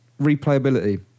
replayability